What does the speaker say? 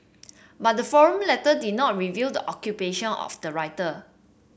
but the forum letter did not reveal the occupation of the writer